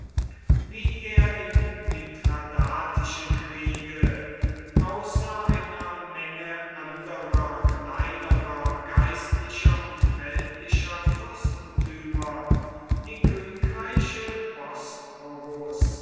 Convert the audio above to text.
wie er im mithradatischen kriege außer einer menge anderer kleinerer geistlicher und weltlicher fürstentümer die königreiche